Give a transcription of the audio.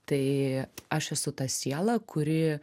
tai aš esu ta siela kuri